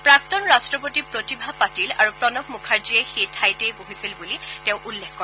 প্ৰাক্তন ৰাট্টপতি প্ৰতিভা পাটিল আৰু প্ৰণৱ মুখাৰ্জীয়ে সেই ঠাইতেই বহিছিল বুলি তেওঁ উল্লেখ কৰে